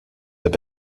have